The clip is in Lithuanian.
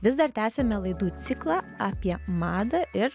vis dar tęsiame laidų ciklą apie madą ir